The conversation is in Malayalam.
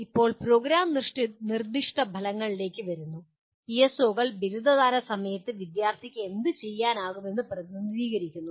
ഇപ്പോൾ പ്രോഗ്രാം നിർദ്ദിഷ്ട ഫലങ്ങളിലേക്ക് വരുന്നു പിഎസ്ഒകൾ ബിരുദദാന സമയത്ത് വിദ്യാർത്ഥിക്ക് എന്ത് ചെയ്യാനാകുമെന്ന് പ്രതിനിധീകരിക്കുന്നു